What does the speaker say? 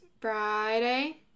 Friday